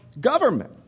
government